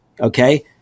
okay